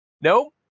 no